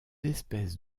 espèces